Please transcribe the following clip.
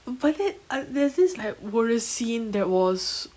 but then I there's this like scene that was